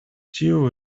tiu